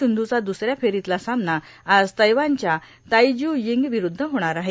सिंधूचा द्सऱ्या फेरीतला सामना आज तैवानच्या ताई ज्यू यिंग विरुद्ध होणार आहे